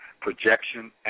projection